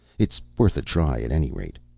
it's worth a try, at any rate.